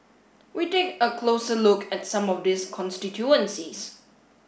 we take a closer look at some of these constituencies